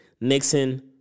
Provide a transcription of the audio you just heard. Nixon